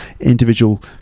individual